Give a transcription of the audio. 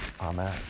Amen